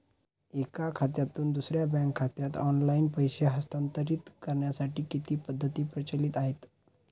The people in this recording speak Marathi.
एका खात्यातून दुसऱ्या बँक खात्यात ऑनलाइन पैसे हस्तांतरित करण्यासाठी किती पद्धती प्रचलित आहेत?